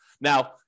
Now